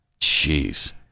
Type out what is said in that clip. Jeez